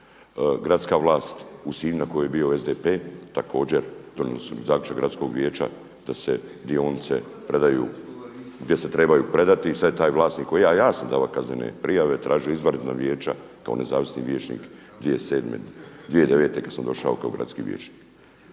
Gradska vlast u Sinju na kojoj je bio SDP, također donijeli su zaključak gradskog vijeća da se dionice predaju gdje se trebaju predati i sada je taj vlasnik …/Govornik se ne razumije./… ja sam davao kaznene prijave, tražio izvanredna vijeća kao nezavisni vijećnik 2009. kada sam došao kao gradski vijećnik.